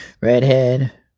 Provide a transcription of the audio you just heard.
Redhead